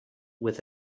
with